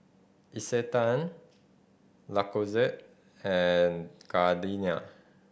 Isetan Lacoste and Gardenia